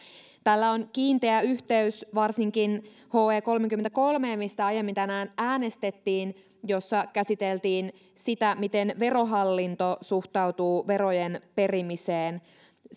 tällä on kiinteä yhteys varsinkin he kolmeenkymmeneenkolmeen mistä aiemmin tänään äänestettiin ja jossa käsiteltiin sitä miten verohallinto suhtautuu verojen perimiseen